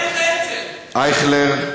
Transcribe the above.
אייכלר,